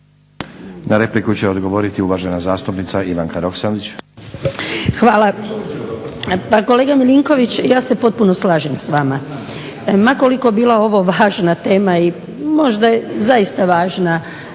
Na repliku će odgovoriti uvažena zastupnica Ivanka Roksandić. **Roksandić, Ivanka (HDZ)** Hvala. Pa kolega Milinković ja se potpuno slažem s vama. Ma koliko bila ovo važna tema i možda zaista važna